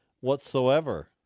whatsoever